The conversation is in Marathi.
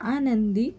आनंदी